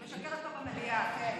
היא משקרת פה במליאה, כן.